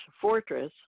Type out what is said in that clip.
fortress